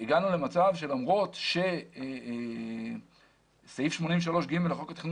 הגענו למצב שלמרות שסעיף 83(ג) לחוק התכנון